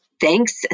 thanks